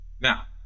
Now